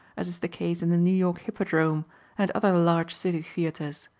as is the case in the new york hippodrome and other large city theatres.